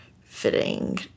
fitting